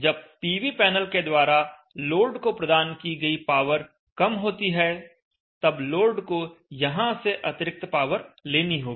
जब PV panel के द्वारा लोड को प्रदान की गई पावर कम होती है तब लोड को यहां से अतिरिक्त पावर लेनी होगी